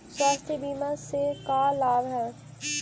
स्वास्थ्य बीमा से का लाभ है?